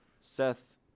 Seth